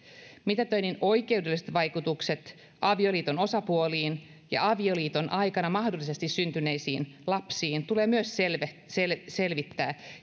mitätöinnin oikeudelliset vaikutukset avioliiton osapuoliin ja avioliiton aikana mahdollisesti syntyneisiin lapsiin tulee myös selvittää